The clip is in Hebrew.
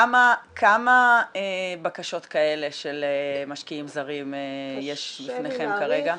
כמה בקשות כאלה של משקיעים זרים יש בפניכם כרגע?